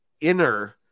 inner